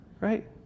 Right